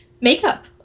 Makeup